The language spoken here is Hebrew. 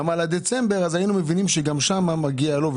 על דצמבר היינו מבינים שגם שם מגיע לו.